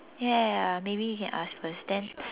ya ya ya maybe you can ask first then